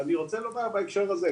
ואני רוצה לומר בהקשר הזה,